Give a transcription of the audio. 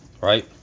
Right